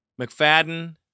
McFadden